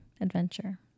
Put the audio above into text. adventure